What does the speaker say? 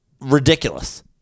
ridiculous